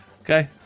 Okay